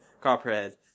Copperhead